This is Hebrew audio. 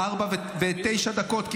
16:09,